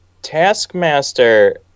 Taskmaster